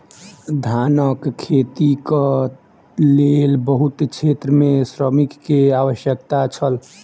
धानक खेतीक लेल बहुत क्षेत्र में श्रमिक के आवश्यकता छल